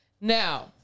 Now